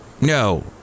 No